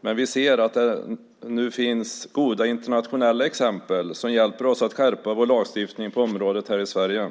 men vi ser att det nu finns goda internationella exempel som hjälper oss att skärpa vår lagstiftning på området här i Sverige.